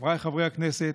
חבריי חברי הכנסת,